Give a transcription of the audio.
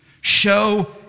show